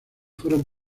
fueron